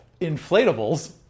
inflatables